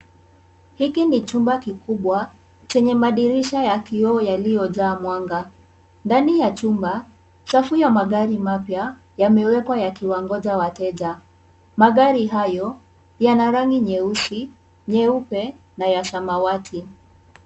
Hiki ni chumba kikubwa, chenye madirisha ya kioo yaliyojaa mwanga. Ndani ya chumba, safu ya magari mapya yamewekwa yakiwangoja wateja. Magari hayo yana rangi nyeusi, nyeupe, na ya samawati.